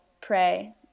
pray